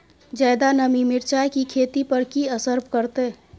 ज्यादा नमी मिर्चाय की खेती पर की असर करते?